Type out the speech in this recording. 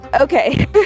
Okay